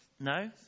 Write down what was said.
No